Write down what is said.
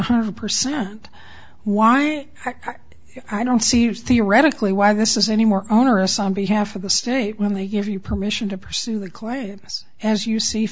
hundred percent why i don't see it theoretically why this is any more onerous on behalf of the state when they give you permission to pursue the claims as you see